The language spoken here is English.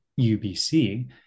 UBC